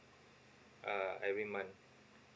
uh every month